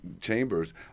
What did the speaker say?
chambers